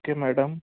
okay madam